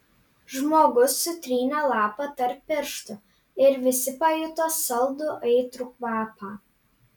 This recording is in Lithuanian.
žmogus sutrynė lapą tarp pirštų ir visi pajuto saldų aitrų kvapą